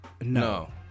No